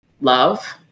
love